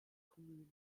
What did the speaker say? communes